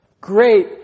Great